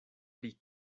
pri